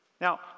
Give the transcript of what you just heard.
Now